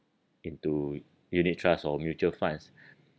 into unit trusts or mutual funds